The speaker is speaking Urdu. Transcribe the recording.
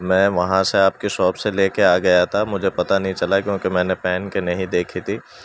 میں وہاں سے آپ کے شاپ سے لے کے آ گیا تھا مجھے پتہ نہیں چلا کیونکہ میں نے پہن کے نہیں دیکھی تھی